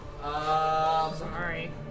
Sorry